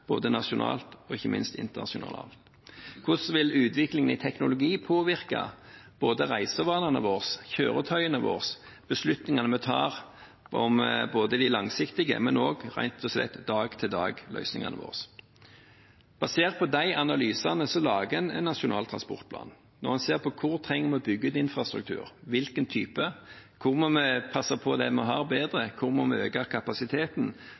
både nasjonalt og, ikke minst, internasjonalt, og hvordan utviklingen i teknologi vil påvirke reisevanene våre, kjøretøyene våre og beslutningene vi tar om de langsiktige løsningene, men også rett og slett dag-til-dag-løsningene våre. Basert på de analysene lager man en nasjonal transportplan, hvor man ser på hvor vi trenger å bygge ut infrastruktur, og hvilken type. Hvor må vi passe bedre på det vi har? Hvor må vi øke kapasiteten?